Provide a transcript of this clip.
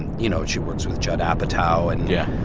and you know, she works with judd apatow and yeah